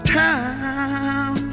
time